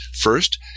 First